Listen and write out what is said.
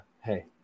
Hey